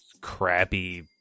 crappy